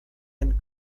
and